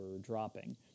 dropping